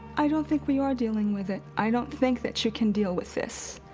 i don't think we are dealing with it. i don't think that you can deal with this.